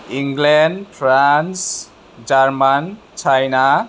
England France German China